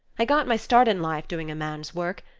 i got my start in life doing a man's work,